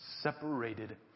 separated